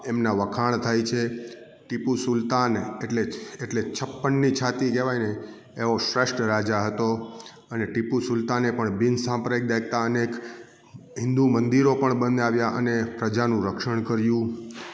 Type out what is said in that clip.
એમના વખાણ થાય છે ટીપુ સુલતાન એટલે એટલે છપ્પનની છાતી કહેવાયને એવો શ્રેષ્ઠ રાજા હતો અને ટીપુ સુલતાને પણ બિનસાંપ્રદાયિક અને હિન્દુ મંદિરો પણ બનાવ્યા અને પ્રજાનું રક્ષણ કર્યું